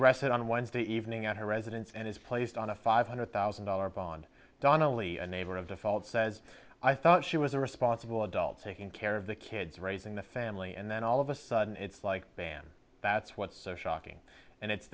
arrested on wednesday evening at her residence and is placed on a five hundred thousand dollars bond don only a neighbor of the fold says i thought she was a responsible adult taking care of the kids raising the family and then all of a sudden it's like bam that's what's so shocking and it's